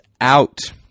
out